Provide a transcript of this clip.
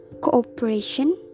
Cooperation